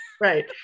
Right